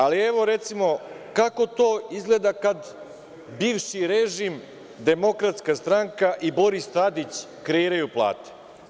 Ali, evo, recimo, kako to izgleda kada bivši režim DS i Boris Tadić kreiraju plate.